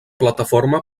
plataforma